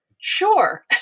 Sure